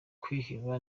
kwiheba